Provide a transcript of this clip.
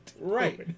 Right